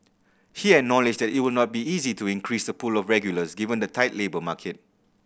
he acknowledged that it will not be easy to increase the pool of regulars given the tight labour market